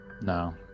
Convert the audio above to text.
no